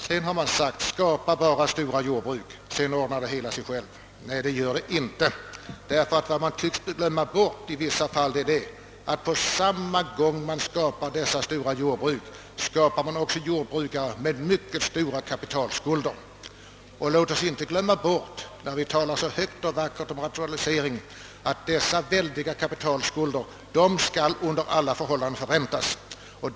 Det har sagts: Skapa bara stora jordbruk, sedan ordnar det hela sig själv. Nej, det gör det inte. Vad man tycks glömma bort är, att på samma gång som man skapar dessa stora jordbruk så åsamkar man jordbrukarna mycket betydande kapitalskulder. Låt oss inte heller glömma bort, när vi talar så högt och vackert om rationalisering, att dessa väldiga kapitalskulder under alla förhållanden skall förräntas.